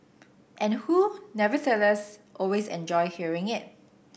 and who nevertheless always enjoy hearing it